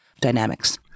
dynamics